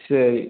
சரி